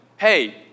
Hey